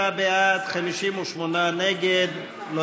57 בעד, 58 נגד.